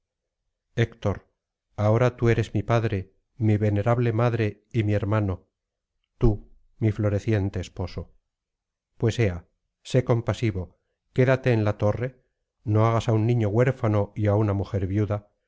héctor ahora tú eres mi padre mi venerable madre y mi hermano tú mi floreciente esposo pues ea sé compasivo quédate en la torre no hagas á un niño huérfano y á una mujer viuda